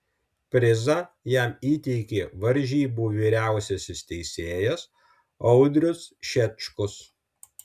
prizą jam įteikė varžybų vyriausiasis teisėjas audrius šečkus